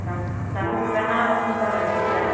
गाखोफेरा ना बेखायनो बारा मिथिया